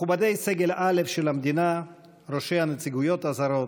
מכובדי סגל א' של המדינה, ראשי הנציגויות הזרות,